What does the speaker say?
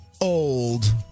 old